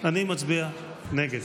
אני מצביע נגד.